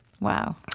Wow